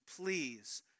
please